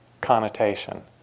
connotation